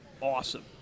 awesome